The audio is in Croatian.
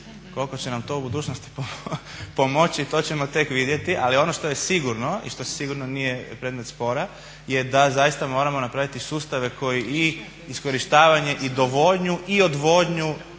koliko će nam to u budućnosti pomoći to ćemo tek vidjeti. Ali ono što je sigurno i što sigurno nije predmet spora je da zaista moramo napraviti sustave koji i iskorištavanje i dovodnju i odvodnju